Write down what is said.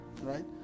right